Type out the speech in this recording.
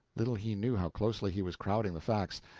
little he knew how closely he was crowding the facts.